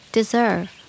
Deserve